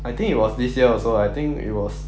I think it was this year also I think it was